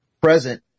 present